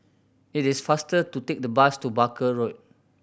it is faster to take the bus to Barker Road